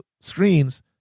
screens